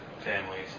families